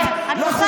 שנקרא,